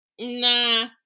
nah